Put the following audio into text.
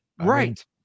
Right